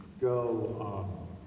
go